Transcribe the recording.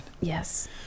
yes